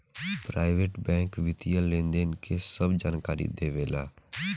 private bank वित्तीय लेनदेन के सभ जानकारी देवे ला